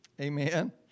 Amen